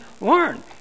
learn